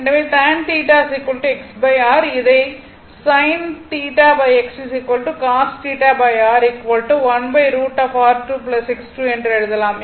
எனவே tan θ XR இதை sin θX cos θR 1√R2 X2 என்று எழுதலாம்